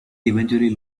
eventually